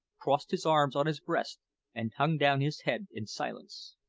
crossed his arms on his breast and hung down his head in silence.